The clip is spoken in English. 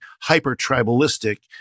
hyper-tribalistic